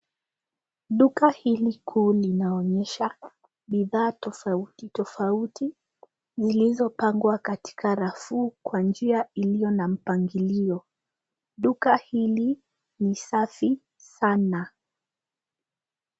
Duka hili kuu linaonyesha bidhaa tofauti tofauti, zilizopangwa katika rafu kwa njia iliyo na mpangilio. Duka hili ni safi sana.